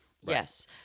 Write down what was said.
Yes